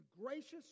gracious